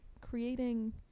Creating